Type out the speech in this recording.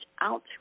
out